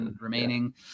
remaining